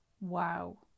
Wow